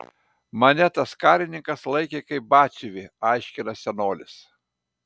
mane tas karininkas laikė kaip batsiuvį aiškina senolis